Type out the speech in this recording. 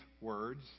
words